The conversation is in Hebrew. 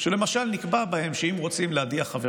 שלמשל נקבע בהם שאם רוצים להדיח חבר